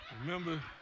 Remember